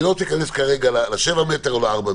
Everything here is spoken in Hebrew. אני לא רוצה להיכנס כרגע ל-7 מטרים או ל-4 מטרים.